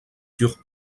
sur